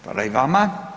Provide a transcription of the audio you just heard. Hvala i vama.